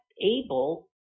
able